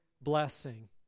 blessing